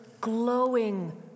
glowing